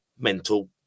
mental